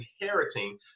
inheriting